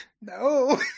No